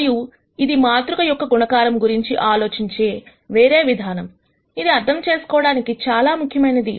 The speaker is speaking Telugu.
మరియు ఇది మాతృక యొక్క గుణకారం గురించి ఆలోచించే వేరే విధానంఇది అర్థం చేసుకోవడానికి చాలా ముఖ్యమైనది